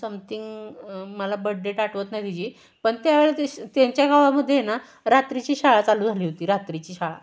something मला birthdate आठवत नाही तिची पण त्यावेळेस त्यांच्या गावामध्ये ना रात्रीची शाळा चालू झाली होती रात्रीची शाळा